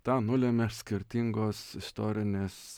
tą nulemia skirtingos istorinės